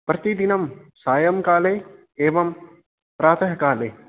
प्रतिदिनं सायङ्काले एवं प्रातःकाले